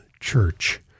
church